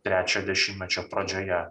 trečio dešimtmečio pradžioje